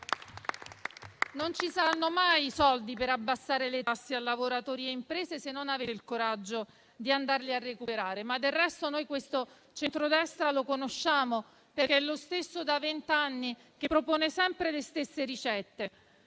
Non ci saranno mai i soldi per diminuire le tasse a lavoratori e imprese se non avete il coraggio di andarli a recuperare. Del resto, noi questo centrodestra lo conosciamo, perché è lo stesso da vent'anni, che propone sempre le stesse ricette,